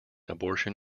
abortion